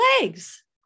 legs